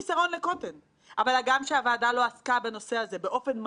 וגם בדיוני הוועדה ביקשתי לא אחת לזכור את אותם אנשים.